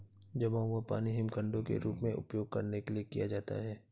जमा हुआ पानी हिमखंडों के रूप में उपयोग करने के लिए किया जाता है